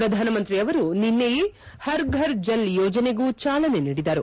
ಪ್ರಧಾನಮಂತ್ರಿಯವರು ನಿನ್ನೆಯೇ ಹರ್ ಫರ್ ಜಲ್ ಯೋಜನೆಯೂ ಚಾಲನೆ ನೀಡಿದರು